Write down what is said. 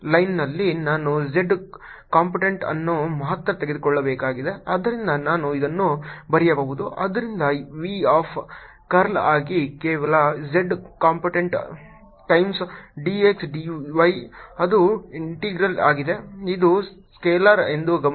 ಆದ್ದರಿಂದ ಈ ಕರ್ಲ್ ಲೈನ್ನಲ್ಲಿ ನಾನು z ಕಂಪೋನೆಂಟ್ ಅನ್ನು ಮಾತ್ರ ತೆಗೆದುಕೊಳ್ಳಬೇಕಾಗಿದೆ ಆದ್ದರಿಂದ ನಾನು ಇದನ್ನು ಬರೆಯಬಹುದು ಆದ್ದರಿಂದ v ಆಫ್ ಕರ್ಲ್ ಆಗಿ ಕೇವಲ z component times d x d y ಅದು ಇಂಟೆಗ್ರಲ್ ಆಗಿದೆ ಇದು ಸ್ಕೇಲಾರ್ ಎಂದು ಗಮನಿಸಿ